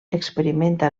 experimenta